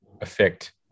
affect